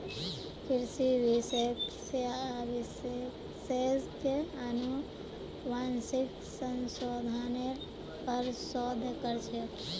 कृषि विशेषज्ञ अनुवांशिक संशोधनेर पर शोध कर छेक